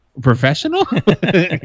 professional